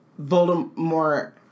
Voldemort